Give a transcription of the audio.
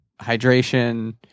hydration